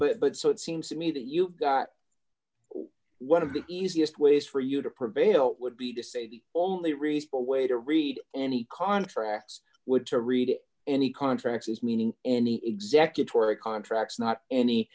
but but so it seems to me that you've got one of the easiest ways for you to prevail would be to say the only reasonable way to read any contracts would to read any contracts as meaning any executive or the contracts not any